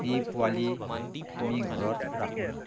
সেই পোৱালি আমি ঘৰত ৰাখোঁ